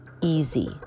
easy